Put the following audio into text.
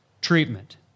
treatment